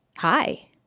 Hi